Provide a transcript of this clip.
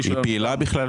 היא פעילה בכלל?